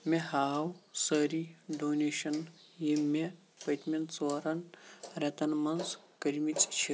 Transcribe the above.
مےٚ ہاو سٲری ڈونیشنہٕ یِم مےٚ پٔتمٮ۪ن ژوٚرَن رٮ۪تن مَنٛز کٔرمٕژ چھِ